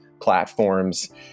platforms